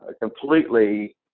completely